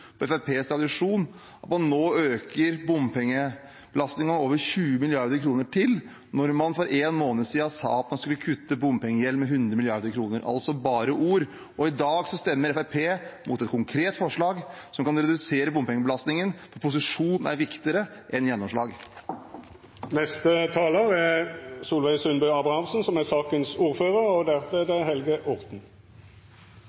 med Fremskrittspartiets tradisjon at man nå øker bompengebelastningen med over 20 mrd. kr til, når man for en måned siden sa at man skulle kutte bompengegjeld med 100 mrd. kr – altså bare ord. Og i dag stemmer Fremskrittspartiet mot et konkret forslag som kan redusere bompengebelastningen, for posisjon er viktigere enn gjennomslag. I dag behandlar Stortinget tre bompengeproposisjonar, og den me no behandlar, er E18 i Telemark, som er